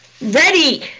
ready